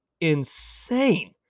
insane